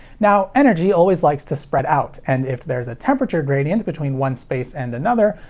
now, energy always likes to spread out, and if there's a temperature gradient between one space and another,